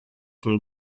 from